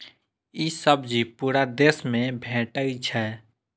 ई सब्जी पूरा देश मे भेटै छै